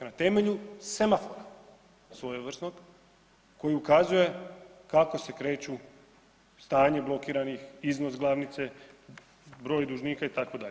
Na temelju semafora svojevrsnog koji ukazuje kako se kreću stanje blokiranih, iznos glavnice, broj dužnika, itd.